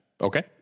Okay